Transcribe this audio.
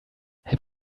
have